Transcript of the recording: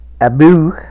Abu